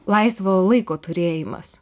laisvo laiko turėjimas